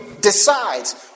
decides